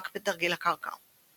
רק בתרגיל הקרקע.